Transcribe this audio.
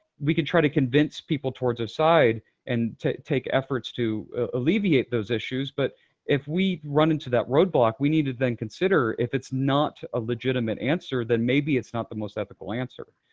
we could try to convince people towards a side and take efforts to alleviate those issues, but if we run into that roadblock, we need to then consider if it's not a legitimate answer, then maybe it's not the most ethical answer.